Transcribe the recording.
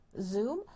Zoom